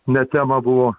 ne temą buvo